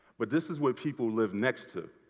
but this is what people live next to.